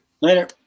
Later